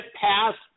passed